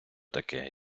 таке